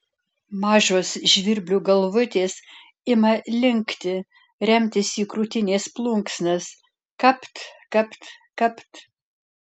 mažos žvirblių galvutės ima linkti remtis į krūtinės plunksnas kapt kapt kapt